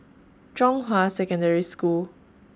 Zhonghua Secondary School